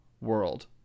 world